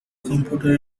computer